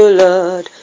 lord